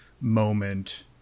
moment